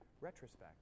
retrospect